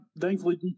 thankfully